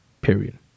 period